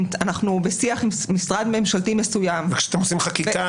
אנחנו בשיח עם משרד ממשלתי מסוים --- וכשאתם עושים חקיקה,